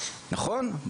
נכון?